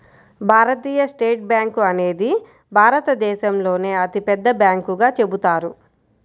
భారతీయ state bank అనేది భారతదేశంలోనే అతిపెద్ద బ్యాంకుగా చెబుతారు